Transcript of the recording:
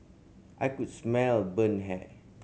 I could smell burnt hair